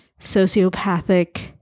sociopathic